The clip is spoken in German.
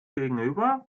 gegenüber